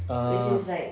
ah